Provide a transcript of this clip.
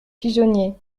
pigeonnier